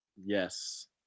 Yes